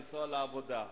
לנסוע לעבודה.